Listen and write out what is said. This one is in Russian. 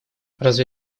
разве